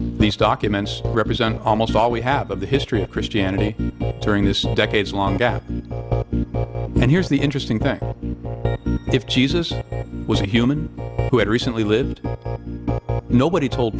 these documents represent almost all we have of the history of christianity during this decades long gap and here's the interesting thing if jesus was a human who had recently lived nobody told